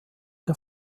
der